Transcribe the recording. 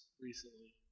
recently